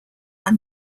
are